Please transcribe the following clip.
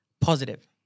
Positive